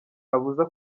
abuza